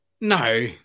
no